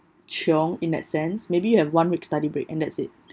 chiong in that sense maybe you have one week study break and that's it